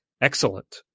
excellent